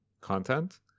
content